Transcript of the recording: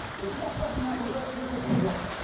we're just rushing out to worsfield cathedral.